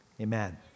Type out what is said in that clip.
Amen